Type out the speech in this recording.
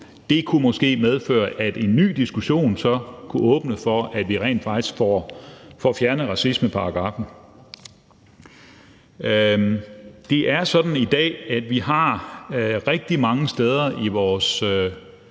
Det kunne måske medføre, at en ny diskussion så kunne åbne for, at vi rent faktisk får fjernet racismeparagraffen. Det er sådan i dag, at vi har rigtig mange steder i vores